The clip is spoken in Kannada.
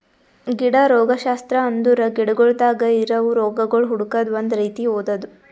ಗಿಡ ರೋಗಶಾಸ್ತ್ರ ಅಂದುರ್ ಗಿಡಗೊಳ್ದಾಗ್ ಇರವು ರೋಗಗೊಳ್ ಹುಡುಕದ್ ಒಂದ್ ರೀತಿ ಓದದು